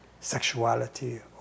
sexuality